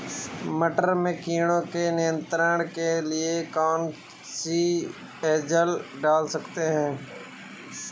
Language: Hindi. मटर में कीटों के नियंत्रण के लिए कौन सी एजल डाल सकते हैं?